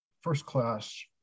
first-class